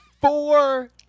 Four